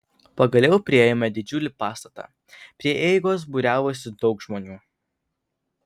pagaliau priėjome didžiulį pastatą prie įeigos būriavosi daug žmonių